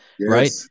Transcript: right